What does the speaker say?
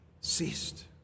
ceased